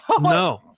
No